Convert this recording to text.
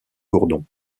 gourdon